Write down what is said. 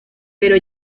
pero